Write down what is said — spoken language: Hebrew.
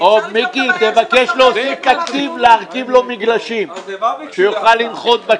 תבקש להוסיף תקציב להרכיב לו מגלשים שיוכל לנחות בכנרת.